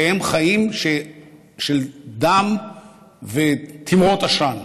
שהם חיים של דם ותימרות עשן.